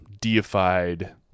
deified